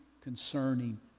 concerning